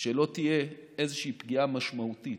שלא תהיה איזושהי פגיעה משמעותית